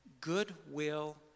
goodwill